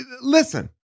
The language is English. listen